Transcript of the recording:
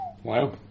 Wow